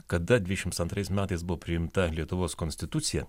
kada dvidešims antrais metais buvo priimta lietuvos konstitucija